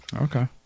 Okay